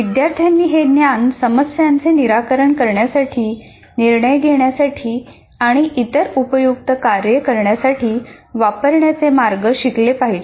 विद्यार्थ्यांनी हे ज्ञान समस्यांचे निराकरण करण्यासाठी निर्णय घेण्यासाठी आणि इतर उपयुक्त कार्ये करण्यासाठी वापरण्याचे मार्ग शिकले पाहिजेत